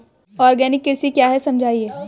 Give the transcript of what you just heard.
Organic कृषि क्या है समझाइए?